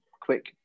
quick